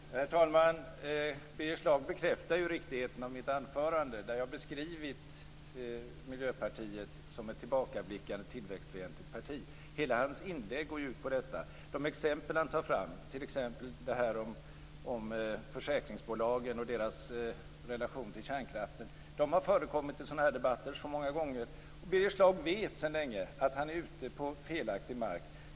Herr talman! Birger Schlaug bekräftar riktigheten i mitt anförande där jag beskrivit Miljöpartiet som ett tillbakablickande tillväxtfientligt parti. Hela hans inlägg går ut på detta. De exempel han tar fram, t.ex. detta om försäkringsbolagen och deras relation till kärnkraften, har förekommit i sådana här debatter så många gånger. Birger Schlaug vet sedan länge att han är ute på felaktig mark.